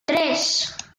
tres